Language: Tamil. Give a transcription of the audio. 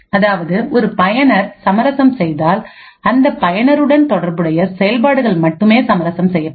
அதாவது ஒரு பயனர் சமரசம் செய்தால் அந்த பயனருடன் தொடர்புடைய செயல்பாடுகள் மட்டுமே சமரசம் செய்யப்படும்